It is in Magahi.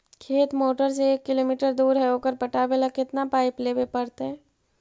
खेत मोटर से एक किलोमीटर दूर है ओकर पटाबे ल केतना पाइप लेबे पड़तै?